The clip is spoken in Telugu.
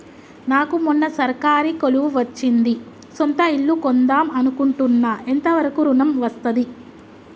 నాకు మొన్న సర్కారీ కొలువు వచ్చింది సొంత ఇల్లు కొన్దాం అనుకుంటున్నా ఎంత వరకు ఋణం వస్తది?